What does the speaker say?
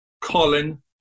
Colin